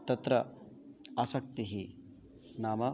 तत्र आसक्तिः नाम